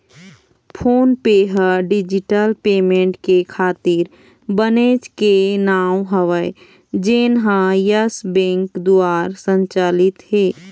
phone पे ह digital payment के खातिर बनेच के नांव हवय जेनहा यस बेंक दुवार संचालित हे